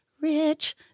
rich